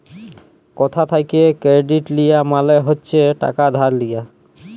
কথা থ্যাকে কেরডিট লিয়া মালে হচ্ছে টাকা ধার লিয়া